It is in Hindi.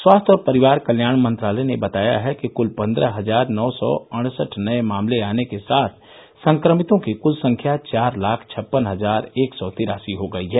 स्वास्थ्य और परिवार कल्याण मंत्रालय ने बताया है कि क्ल पन्द्रह हजार नौ सौ अड़सठ नये मामले आने के साथ संक्रमितों की क्ल संख्या चार लाख छप्पन हजार एक सौ तिरासी हो गई है